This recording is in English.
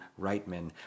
reitman